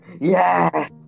Yes